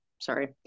sorry